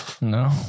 No